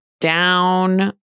down